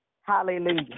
Hallelujah